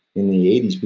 in the eighty